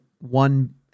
one